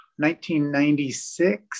1996